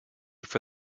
for